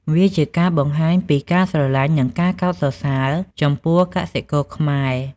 វាជាការបង្ហាញពីការស្រលាញ់និងការកោតសរសើរចំពោះកសិករខ្មែរ។